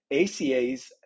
ACA's